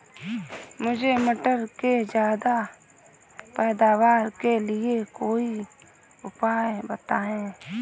मुझे मटर के ज्यादा पैदावार के लिए कोई उपाय बताए?